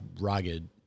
rugged